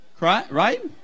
Right